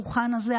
בדוכן הזה,